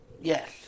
Yes